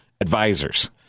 advisors